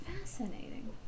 fascinating